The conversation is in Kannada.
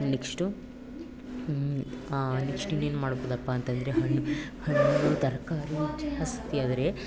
ನೆಕ್ಸ್ಟು ನೆಕ್ಸ್ಟ್ ಇನ್ನೇನು ಮಾಡ್ಬೌದಪ್ಪಾ ಅಂತಂದರೆ ಹಣ್ಣು ಹಣ್ಣು ತರಕಾರಿ ಜಾಸ್ತಿಯಾದರೆ